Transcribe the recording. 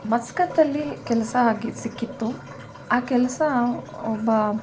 ಮಸ್ಕತ್ತಲ್ಲಿ ಕೆಲಸ ಆಗಿ ಸಿಕ್ಕಿತ್ತು ಆ ಕೆಲಸ ಒಬ್ಬ